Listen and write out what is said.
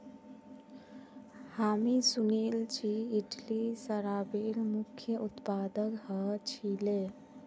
हामी सुनिल छि इटली शराबेर मुख्य उत्पादक ह छिले